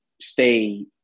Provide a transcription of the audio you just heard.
stay